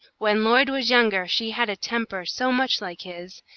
when lloyd was younger, she had a temper so much like his,